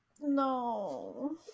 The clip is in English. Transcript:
No